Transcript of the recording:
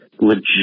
legit